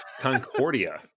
Concordia